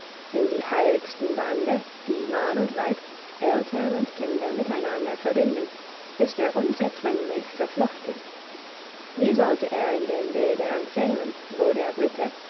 in die heiligsten bande die mann und weib eltern und kinder miteinander verbinden ist er unzertrennlich verflochten wie sollte er in den bädern fehlen wo der brite